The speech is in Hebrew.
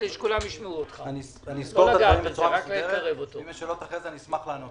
ואשמח לענות על שאלות אחרי זה.